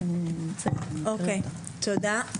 אוקיי, תודה.